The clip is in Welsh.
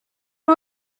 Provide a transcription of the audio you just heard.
nhw